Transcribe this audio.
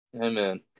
Amen